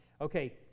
Okay